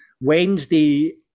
wednesday